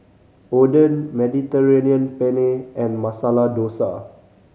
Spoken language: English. Oden Mediterranean Penne and Masala Dosa